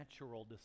natural